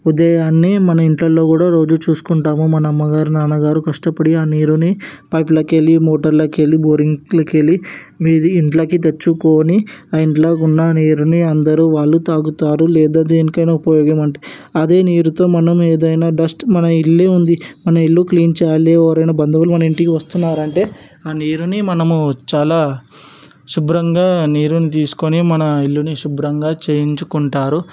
ఉదయాన్నే మన ఇంట్లో కూడా రోజు చూసుకుంటారు మన అమ్మగారు నాన్నగారు కష్టపడి ఆ నీరుని పైపులకెళ్ళి మోటర్లకెళ్ళి బోరింగ్లకెళ్ళి నీళ్లు ఇళ్ళకి తెచ్చుకొని ఆ ఇంట్లో ఉన్న నీరుని అందరూ వాళ్ళు తాగుతారు లేదా దేనికైనా ఉపయోగపడే అదే నీరుతో మనం ఏదైనా డస్ట్ మన ఇల్లే ఉంది మన ఇల్లు క్లీన్ చెయ్యాలి ఎవరైనా బంధువులు మన ఇంటికి వస్తున్నారంటే ఆ నీరుని మనము చాలా శుభ్రంగా నీరుని తీసుకొని మన ఇల్లుని శుభ్రంగా చేయించుకుంటారు